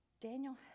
Daniel